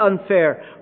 unfair